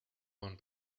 one